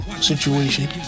situation